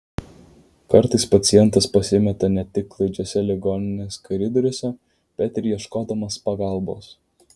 kartais pacientas pasimeta ne tik klaidžiuose ligoninės koridoriuose bet ir ieškodamas pagalbos